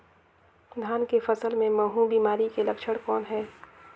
धान के फसल मे महू बिमारी के लक्षण कौन हे?